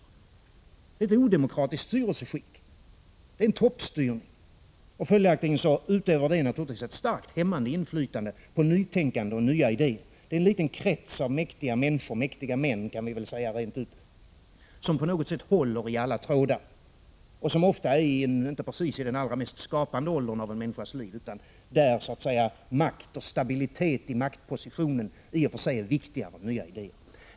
Det är ett odemokratiskt styrelseskick. Det är en toppstyrning. Följaktligen utövar det naturligtvis ett starkt hämmande inflytande på nytänkande och nya idéer. Det är en liten krets av mäktiga människor — mäktiga män kan vi väl säga rent ut — som på något sätt håller i alla trådar och som ofta inte precis är i den allra mest skapande åldern av en människas liv, utan där makt och stabilitet i maktpositionen i och för sig är viktigare än nya idéer.